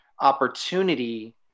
opportunity